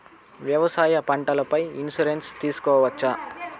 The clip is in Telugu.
వ్యవసాయ పంటల పై ఇన్సూరెన్సు తీసుకోవచ్చా?